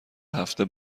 هفته